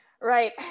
Right